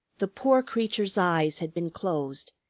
the poor creature's eyes had been closed,